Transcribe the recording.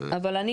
אבל,